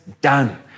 done